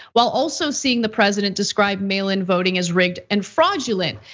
while also seeing the president describe mail-in-voting as rigged and fraudulent.